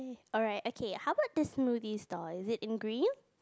alright okay how about this movie star is it in green